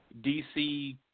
DC